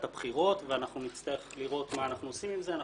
הבחירות ואנחנו נצטרך לראות מה אנחנו עושים עם זה.